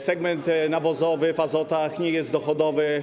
Segment nawozowy w Azotach nie jest dochodowy.